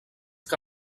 que